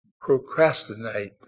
procrastinate